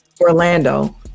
Orlando